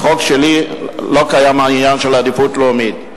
בחוק שלי לא קיים העניין של עדיפות לאומית.